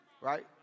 Right